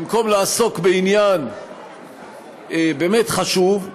במקום לעסוק בעניין באמת חשוב,